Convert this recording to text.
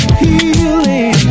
healing